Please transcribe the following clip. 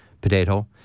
potato